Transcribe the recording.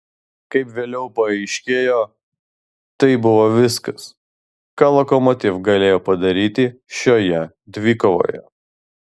kaip vėliau paaiškėjo tai buvo viskas ką lokomotiv galėjo padaryti šioje dvikovoje